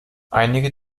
einige